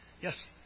Yes